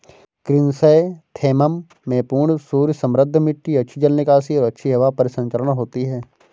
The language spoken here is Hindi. क्रिसैंथेमम में पूर्ण सूर्य समृद्ध मिट्टी अच्छी जल निकासी और अच्छी हवा परिसंचरण होती है